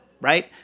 right